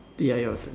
ya your turn